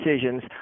decisions